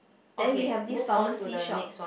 then we have this pharmacy shop